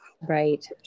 Right